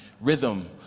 rhythm